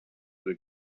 will